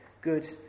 good